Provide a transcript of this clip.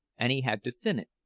and he had to thin it.